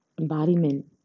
embodiment